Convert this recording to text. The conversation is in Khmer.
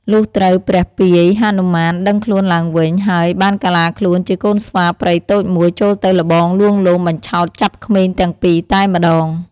លុះត្រូវព្រះពាយ ហនុមានដឹងខ្លួនឡើងវិញ ហើយបានកាឡាខ្លួនជាកូនស្វាព្រៃតូចមួយចូលទៅល្បងលួងលោមបញ្ឆោតចាប់ក្មេងទាំងពីរតែម្តង។